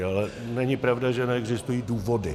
Ale není pravda, že neexistují důvody.